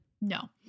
No